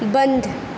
بند